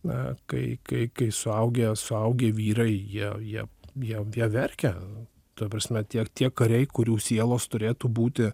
na kai kai kai suaugę suaugę vyrai jie jie jie jie verkia ta prasme tiek tie kariai kurių sielos turėtų būti